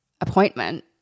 appointment